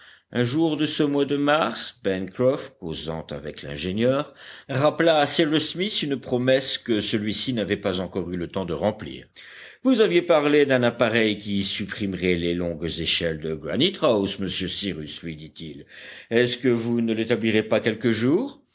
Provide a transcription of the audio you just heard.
un jour de ce mois de mars pencroff causant avec l'ingénieur rappela à cyrus smith une promesse que celui-ci n'avait pas encore eu le temps de remplir vous aviez parlé d'un appareil qui supprimerait les longues échelles de granite house monsieur cyrus lui dit-il est-ce que vous ne l'établirez pas quelque jour